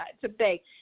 today